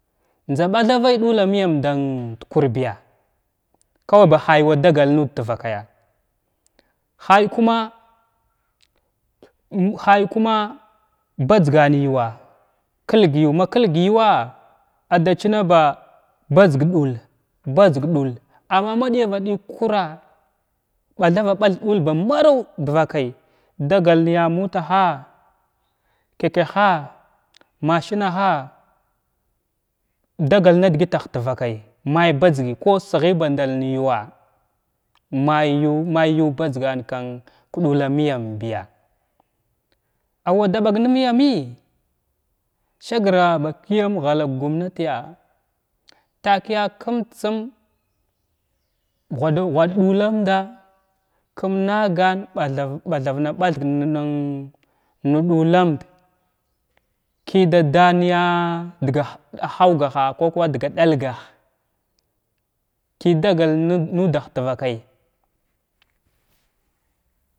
Njza ɓathavay ɗull məyam ɗan kurabiya kaway ba hay wa dagal tvakayya hay kuma um hay kuma bajgan yuwa kəlg yu ma kəlg yuwa adda chima ba bajzga ɗula bajzga ɗul amma ma ɗiyava dəg kura’a ɓathava bag dul ba mar aw dvakay dagal ya mutahala, chachaha, machinaha’a, dagal nadəgətah tvakay may ɓajgəy ku sghy baɗal na yuwa may yu may yu kbajgan kan ka ɗullaməyam biya awwa da ɓag nəy may məə sagra ba kəyam ghala ka gumnatiya takəya kumd tsum ghwad ghwad ɗullamda kum nagan ɓatkvu bathav na ɓath aga naman ɗullamda ki da danya dəgah hawgaha ku kuwa daga dalga ki dagal nuda nudah tvakay.